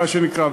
מה שנקרא,